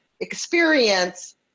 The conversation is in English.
experience